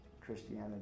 Christianity